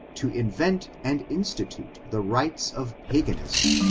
to invent and institute the rites of paganism,